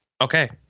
Okay